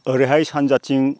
ओरैहाय सानजाथिं